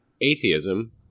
atheism